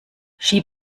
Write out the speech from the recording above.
schieb